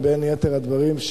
בין יתר הדברים,